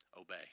obey